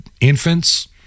infants